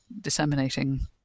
disseminating